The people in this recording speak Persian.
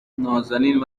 نازنین